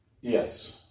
Yes